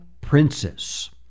princess